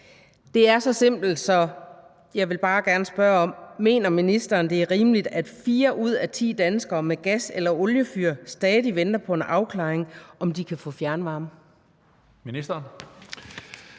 Det er meget simpelt – jeg vil bare gerne spørge: Mener ministeren, at det er rimeligt, at fire ud af ti danskere med gas- eller oliefyr stadig venter på en afklaring af, om de kan få fjernvarme?